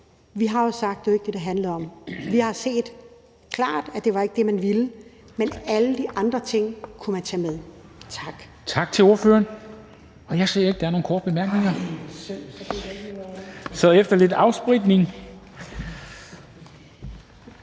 Vi har sagt, at det ikke er det, det handler om. Vi har set klart, at det ikke var det, man ville, men alle de andre ting kunne man tage med. Tak.